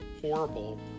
horrible